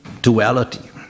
duality